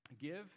give